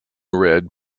red